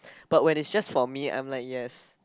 but when it's just for me I'm like yes